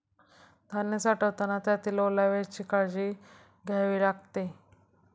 धान्य साठवताना त्यातील ओलाव्याची काळजी घ्यावी लागते